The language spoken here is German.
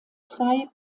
zwei